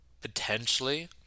potentially